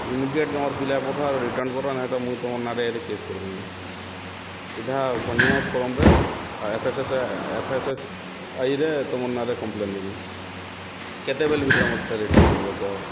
immediate ତମର୍ ପିଲା ପଠୁଅ ଆରୁ ରିଟର୍ଣ୍ଣ୍ କର ନାଇଁ ତ ମୁଁ ତମର୍ ନାଁରେ ଏବେ କେସ୍ କରିଦେମି ସିଧା କଞ୍ଜୁମର୍ ଫୋରମ୍ରେ ଏଫ୍ଏସ୍ଏସ୍ଆଇରେ ତମର୍ ନାଁରେ କମ୍ପ୍ଲେନ୍ ଦେମି କେତେବେଲ୍ ଭିତ୍ରେ ମତେ ରିଟର୍ଣ୍ଣ୍ କର୍ବ କହ